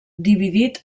dividit